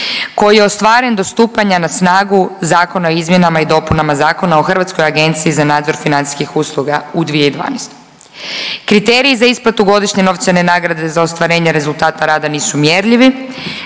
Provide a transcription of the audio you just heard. koji je ostvaren do stupanja na snagu Zakona o izmjenama i dopunama Zakona o Hrvatskoj agenciji za nadzor financijskih usluga u 2012. Kriteriji za isplatu godišnje novčane nagrade za ostvarenje rezultata rada nisu mjerljivi,